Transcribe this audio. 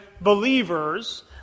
believers